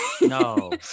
no